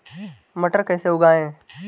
मटर कैसे उगाएं?